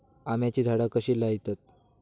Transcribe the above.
आम्याची झाडा कशी लयतत?